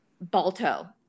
Balto